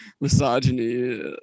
misogyny